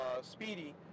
Speedy